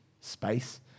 space